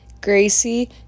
Gracie